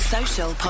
Social